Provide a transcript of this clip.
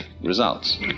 results